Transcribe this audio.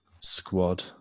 squad